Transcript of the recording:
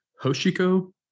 Hoshiko